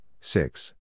six